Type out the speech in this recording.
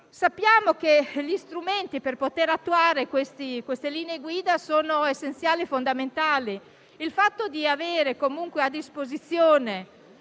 Sappiamo che gli strumenti per poter attuare le linee guida sono essenziali e fondamentali. Il fatto di avere a disposizione